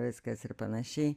viskas ir panašiai